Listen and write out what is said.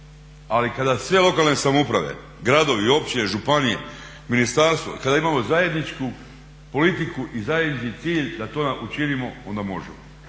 Ali kada sve lokalne samouprave, gradovi, općine, županije, ministarstvo i kada imamo zajedničku politiku i zajednički cilj da to učinimo onda možemo.